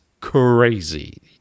crazy